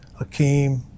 Akeem